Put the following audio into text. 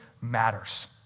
matters